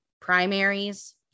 primaries